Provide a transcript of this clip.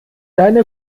deine